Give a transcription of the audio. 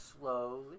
slowly